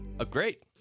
great